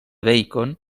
bacon